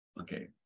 Okay